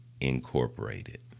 Incorporated